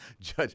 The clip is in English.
Judge